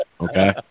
okay